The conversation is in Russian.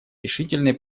решительной